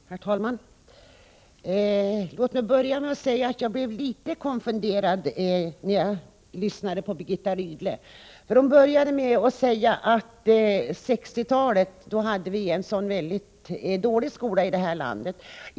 Herr talman! Låt mig börja med att säga att jag blev litet konfunderad när jag lyssnade på Birgitta Rydle. Hon började med att säga att vi på 1960-talet hade en så väldigt dålig skola i det här landet.